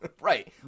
Right